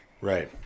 Right